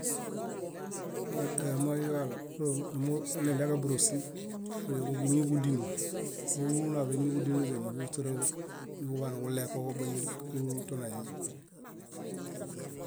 Moie moiġaɭo ímo neɭeġa bórosi, kóleġuḃiñenġudinum. Úlu úlu náḃemiġudinuźenuġuhuśeraġo, konuġulekoġo báñi úlu úlu tonaimi.